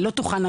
לא תוכלנה